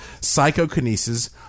psychokinesis